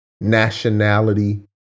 nationality